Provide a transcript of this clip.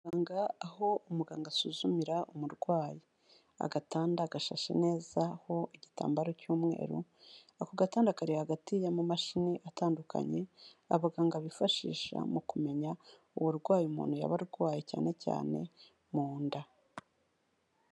Usanga aho umuganga asuzumira umurwayi, agatanda gashashe neza ho igitambaro cy'umweru, ako gatanda kari hagati y'amamashini atandukanye, abaganga bifashisha mu kumenya uburwayi umuntu yaba arwaye cyane cyane mu nda.